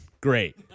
Great